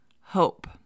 hope